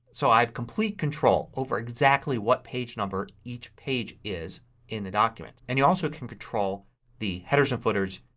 so i have complete control over exactly what page number each page is in the document. and you also can control the headers and footers.